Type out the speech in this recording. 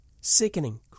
Sickening